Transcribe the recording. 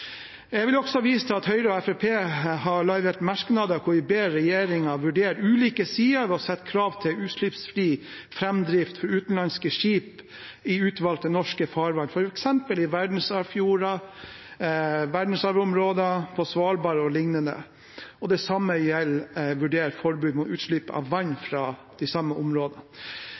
Jeg vil også vise til at Høyre og Fremskrittspartiet har en merknad der vi ber regjeringen vurdere ulike sider ved å sette krav til utslippsfri framdrift for utenlandske skip i utvalgte norske farvann, f.eks. i verdensarvfjorder, verdensarvområder, på Svalbard o.l. Det samme gjelder vurdering av forbud mot utslipp av vann fra de samme områdene.